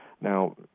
Now